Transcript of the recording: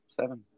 Seven